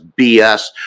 BS